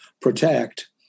protect